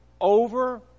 over